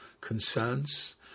concerns